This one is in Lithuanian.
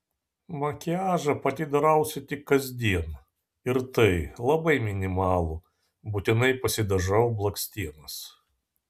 makiažą pati darausi tik kasdien ir tai labai minimalų būtinai pasidažau blakstienas